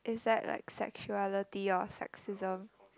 is that like sexuality or sexism